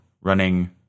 running